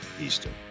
Eastern